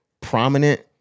prominent